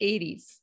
80s